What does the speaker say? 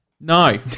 No